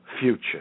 future